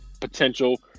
potential